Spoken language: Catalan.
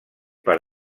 per